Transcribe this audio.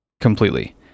completely